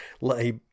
let